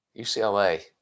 UCLA